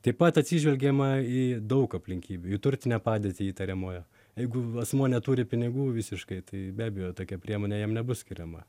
taip pat atsižvelgiama į daug aplinkybių jų turtinę padėtį įtariamojo jeigu asmuo neturi pinigų visiškai tai be abejo tokia priemonė jam nebus skiriama